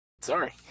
Sorry